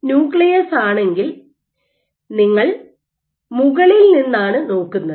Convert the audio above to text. ഇത് ന്യൂക്ലിയസ് ആണെങ്കിൽ നിങ്ങൾ മുകളിൽ നിന്നാണ് നോക്കുന്നത്